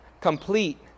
complete